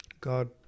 God